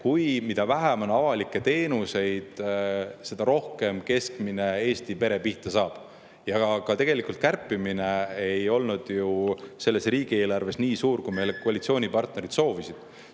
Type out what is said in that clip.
Mida vähem on avalikke teenuseid, seda rohkem keskmine Eesti pere pihta saab. Ja tegelikult ka kärpimine ei olnud ju selles riigieelarves nii suur, kui meie koalitsioonipartnerid soovisid.